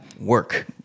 work